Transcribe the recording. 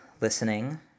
listening